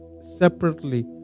separately